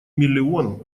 миллион